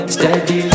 Steady